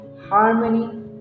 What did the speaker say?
harmony